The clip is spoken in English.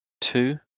two